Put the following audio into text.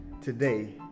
today